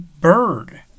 Bird